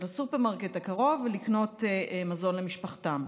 לסופרמרקט הקרוב ולקנות מזון למשפחתם.